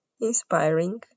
inspiring